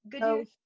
good